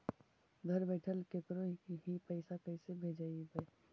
घर बैठल केकरो ही पैसा कैसे भेजबइ?